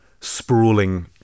sprawling